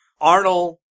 Arnold